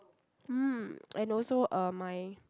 mm and also uh my